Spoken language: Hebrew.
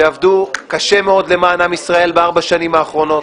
שעבדו קשה מאוד למען עם ישראל בארבע השנים האחרונות.